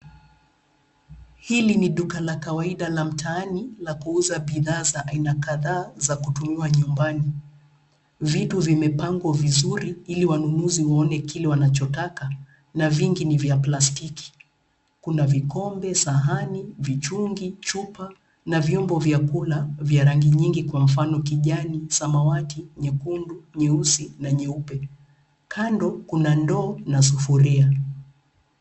Hili ni duka la kawaida la mtaani la kuuza bidhaa za aina kadhaa zakutumiwa nyumbani. Vitu vimepangwa vizuri ili wanunuzi waone kile wanachotaka na vingi ni vya plastiki. Kuna vikombe, sahani, vichungi, chupa na vyombo vya kula vya rangi nyingi kwa mfano kijani, samawati, nyekundu, nyeusi na nyeupe. Kando kuna ndoo na sufuria.